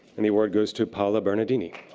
and award goes to paola bernadini.